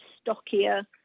stockier